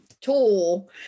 tool